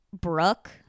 Brooke